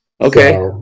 okay